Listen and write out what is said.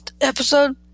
episode